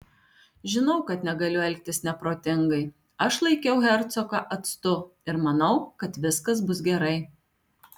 žinau kad negaliu elgtis neprotingai aš laikiau hercogą atstu ir manau kad viskas bus gerai